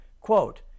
Quote